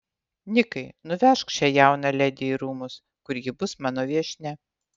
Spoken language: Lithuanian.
nikai nuvežk šią jauną ledi į rūmus kur ji bus mano viešnia